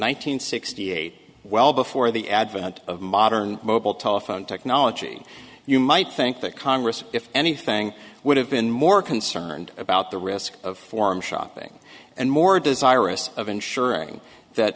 hundred sixty eight well before the advent of modern mobile telephone technology you might think that congress if anything would have been more concerned about the risk of form shopping and more desirous of ensuring that